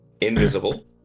invisible